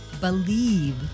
believe